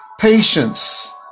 patience